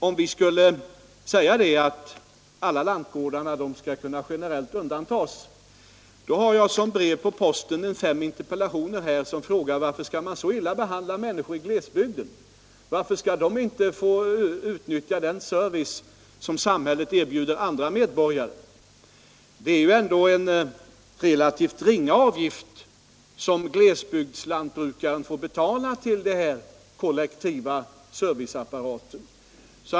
Om vi skulle säga att alla lantgårdar generellt skall kunna undantas, är jag rädd för att jag som brev på posten skulle få fem interpellationer där man frågar: Varför skall människor i glesbygden behandlas så illa, varför skall de inte få utnyttja den service som samhället erbjuder andra medborgare? Det är ändå en relativt ringa avgift som glesbygdslantbrukaren får betala till den kollektiva serviceapparaten.